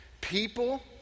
People